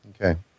Okay